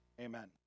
Amen